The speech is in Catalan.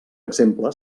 exemple